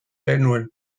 genuen